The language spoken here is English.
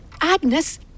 Agnes